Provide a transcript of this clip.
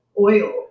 oil